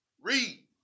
Read